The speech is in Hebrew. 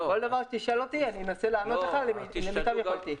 על כל דבר שתשאל אותי אנסה לענות לך כמיטב יכולתי.